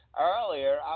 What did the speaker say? earlier